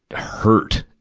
hurt,